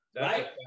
right